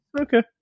okay